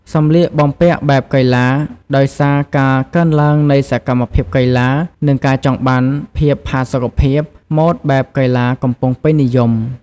សម្លៀកបំពាក់បែបកីឡាឋ ដោយសារការកើនឡើងនៃសកម្មភាពកីឡា និងការចង់បានភាពផាសុកភាព ម៉ូដបែបកីឡាកំពុងពេញនិយម។